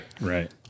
Right